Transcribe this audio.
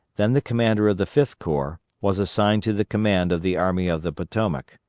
then the commander of the fifth corps, was assigned to the command of the army of the potomac.